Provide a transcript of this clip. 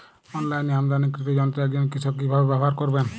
অনলাইনে আমদানীকৃত যন্ত্র একজন কৃষক কিভাবে ব্যবহার করবেন?